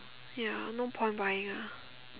ya no point buying ah